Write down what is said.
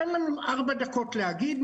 תן לנו ארבע דקות להגיב,